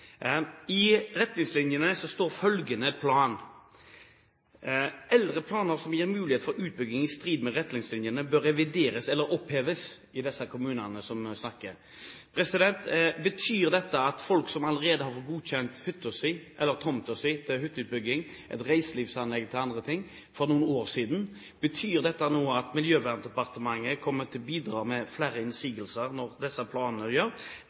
I retningslinjene står det følgende: «Eldre planer som gir mulighet for utbygging i strid med retningslinjene, bør revideres eller oppheves.» Det gjelder de kommunene vi snakker om. Når det gjelder folk som for noen år siden fikk godkjent hytta si, tomta si til hytteutbygging eller et reiselivsanlegg til andre ting, betyr dette nå at Miljøverndepartementet kommer til å bidra med flere innsigelser på grunn av disse planene,